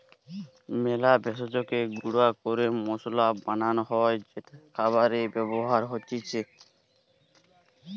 মেলা ভেষজকে গুঁড়া ক্যরে মসলা বানান হ্যয় যেটা খাবারে ব্যবহার হতিছে